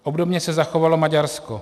Obdobně se zachovalo Maďarsko.